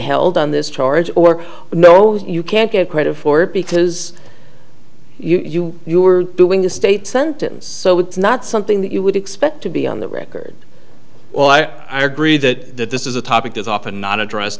held on this charge or no you can't get credit for it because you knew you were doing a state sentence so it's not something that you would expect to be on the record well i agree that this is a topic is often not addressed